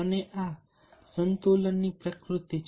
અને આ સંતુલનની પ્રકૃતિ છે